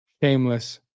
shameless